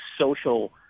social